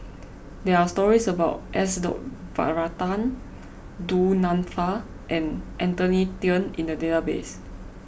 there are stories about S dot Varathan Du Nanfa and Anthony then in the database